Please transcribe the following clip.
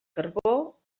carbó